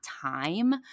time